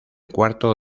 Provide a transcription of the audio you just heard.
cuarto